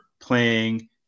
playing